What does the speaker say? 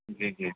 جی جی